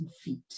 feet